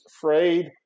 frayed